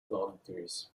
volunteers